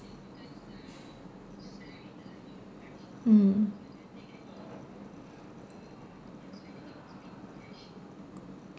mm